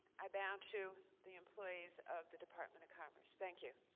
i bow to the employees of the department of commerce. thank you.